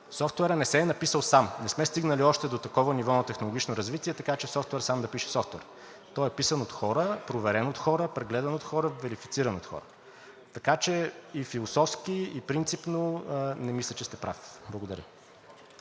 Софтуерът не се е написал сам. Не сме стигнали още до такова ниво на технологично развитие, така че софтуер сам да пише софтуер. Той е писан от хора, проверен от хора, прегледан от хора, верифициран от хора. Така че и философски, и принципно не мисля, че сте прав. Благодаря.